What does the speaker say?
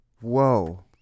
Whoa